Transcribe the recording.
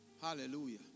Hallelujah